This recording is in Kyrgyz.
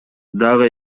дагы